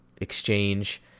exchange